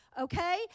okay